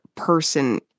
person